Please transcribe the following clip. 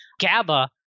GABA